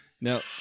now